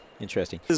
Interesting